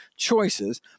choices